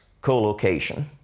Co-location